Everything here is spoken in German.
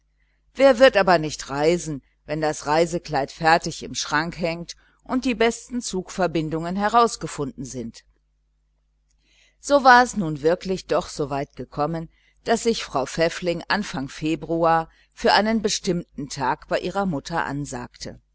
wer wird aber nicht reisen wenn das reisekleid fertig im schrank hängt und die besten zugverbindungen herausgefunden sind so war es denn wirklich soweit gekommen daß sich frau pfäffling anfangs februar für einen bestimmten tag bei ihrer mutter ansagte